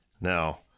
now